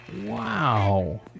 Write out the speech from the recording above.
Wow